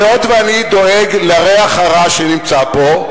היות שאני דואג לריח הרע שנמצא פה,